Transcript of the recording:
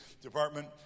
department